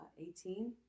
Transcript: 18